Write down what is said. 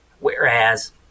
Whereas